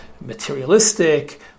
materialistic